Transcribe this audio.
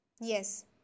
Yes